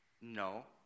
No